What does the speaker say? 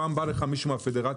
פעם בא לך מישהו מהפדרציה,